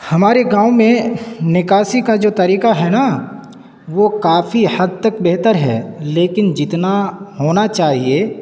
ہمارے گاؤں میں نکاسی کا جو طریقہ ہے نا وہ کافی حد تک بہتر ہے لیکن جتنا ہونا چاہیے